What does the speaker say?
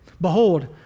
Behold